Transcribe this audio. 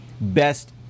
best